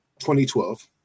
2012